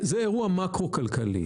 זה אירוע מקרו-כלכלי,